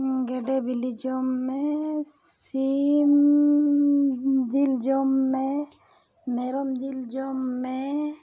ᱜᱮᱰᱮ ᱵᱤᱞᱤ ᱡᱚᱢᱢᱮ ᱥᱤᱢ ᱡᱤᱞ ᱡᱚᱢ ᱢᱮ ᱢᱮᱨᱚᱢ ᱡᱤᱞ ᱡᱚᱢ ᱢᱮ